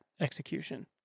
execution